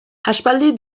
aspaldi